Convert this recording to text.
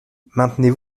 maintenez